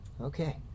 Okay